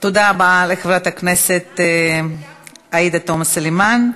תודה רבה לחברת הכנסת עאידה תומא סלימאן.